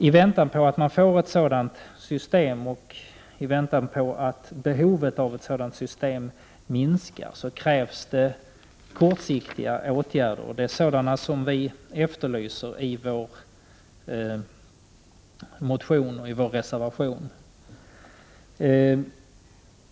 I väntan på att man får ett sådant system, och i väntan på att behovet av ett sådant system minskar, krävs det kortsiktiga åtgärder. Det är sådana som vi efterlyser i vår motion och i vår reservation.